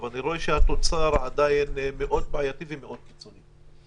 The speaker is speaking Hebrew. אבל אני רואה שעדיין התוצר הוא מאוד בעייתי ומאוד קיצוני.